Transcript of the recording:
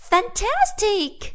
Fantastic